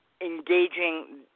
engaging